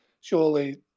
surely